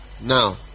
now